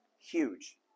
huge